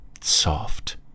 soft